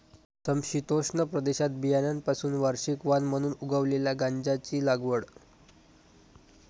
समशीतोष्ण प्रदेशात बियाण्यांपासून वार्षिक वाण म्हणून उगवलेल्या गांजाची लागवड